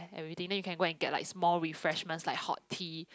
everything then you go and get like small refreshments like hot tea